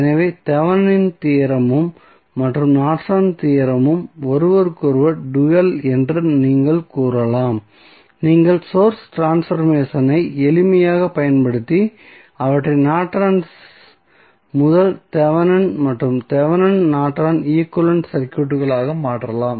எனவே தெவெனின் தியோரமும் மற்றும் நார்டன்ஸ் தியோரமும் Nortons theorem ஒருவருக்கொருவர் டூயல் என்று நீங்கள் கூறலாம் நீங்கள் சோர்ஸ் ட்ரான்ஸ்பர்மேசனை எளிமையாக பயன்படுத்தி அவற்றை நார்டன்ஸ் முதல் தெவெனின் மற்றும் தெவெனின் நார்டன் ஈக்வலன்ட் சர்க்யூட்களாக மாற்றலாம்